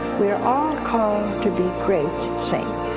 we're all called to be great saints.